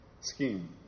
scheme